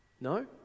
No